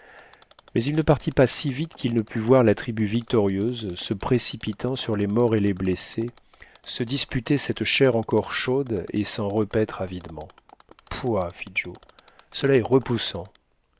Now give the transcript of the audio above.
mais il ne partit pas si vite qu'il ne pût voir la tribu victorieuse se précipitant sur les morts et les blessés se disputer cette chair encore chaude et s'en repaître avidement pouah fit joe cela est repoussant